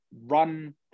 run